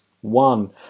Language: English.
One